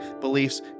beliefs